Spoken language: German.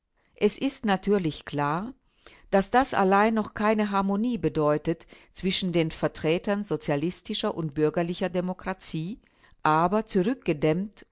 es ist natürlich klar daß das allein noch keine harmonie bedeutet zwischen den vertretern sozialistischer und bürgerlicher demokratie aber